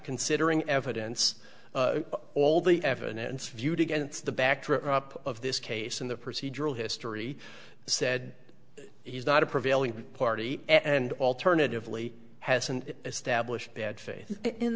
considering evidence all the evidence viewed against the backdrop of this case and the procedural history said he's not a prevailing party and alternatively has an established bad faith in